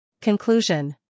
Conclusion